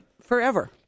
Forever